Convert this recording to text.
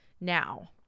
Now